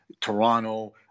Toronto